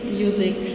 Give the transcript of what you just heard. music